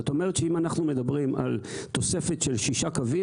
זאת אומרת שאם אנחנו מדברים על תוספת של שישה קווים